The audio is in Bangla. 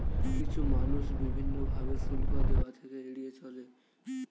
কিছু মানুষ বিভিন্ন ভাবে শুল্ক দেওয়া থেকে এড়িয়ে চলে